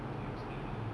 but it's hard lah